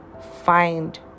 find